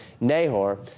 Nahor